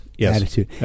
attitude